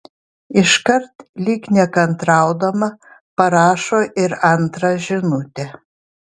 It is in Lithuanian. iškart lyg nekantraudama parašo ir antrą žinutę